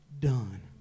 done